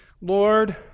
Lord